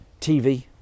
TV